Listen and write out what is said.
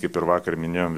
kaip ir vakar minėjom